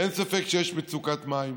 אין ספק שיש מצוקת מים.